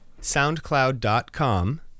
soundcloud.com